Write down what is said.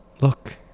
Look